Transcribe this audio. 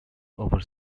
over